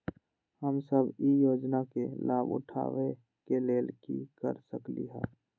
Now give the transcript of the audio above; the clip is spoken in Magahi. हम सब ई योजना के लाभ उठावे के लेल की कर सकलि ह?